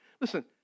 listen